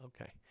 okay